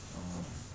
ah